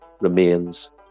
remains